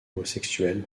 homosexuels